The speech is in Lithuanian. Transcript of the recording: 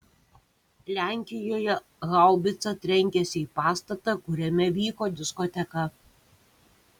lenkijoje haubica trenkėsi į pastatą kuriame vyko diskoteka